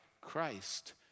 Christ